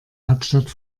hauptstadt